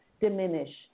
diminish